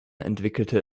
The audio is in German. entwickelte